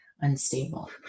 unstable